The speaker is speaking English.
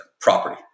property